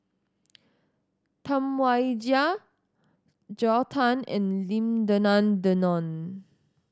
Tam Wai Jia Joel Tan and Lim Denan Denon